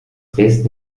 dresden